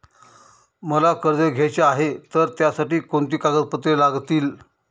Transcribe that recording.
मला कर्ज घ्यायचे आहे तर त्यासाठी कोणती कागदपत्रे लागतील?